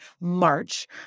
March